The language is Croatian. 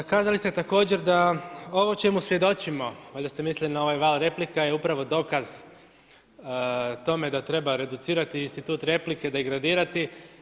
Kazali ste također, da ovo o čemu svjedočimo, valjda ste mislili na ovaj val replika, je upravo dokaz tome da treba reducirati institut replike, degradirati.